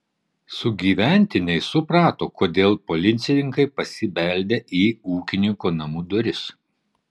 sugyventiniai suprato kodėl policininkai pasibeldė į ūkininko namų duris